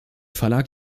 verlag